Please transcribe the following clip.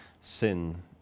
sin